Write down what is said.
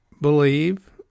believe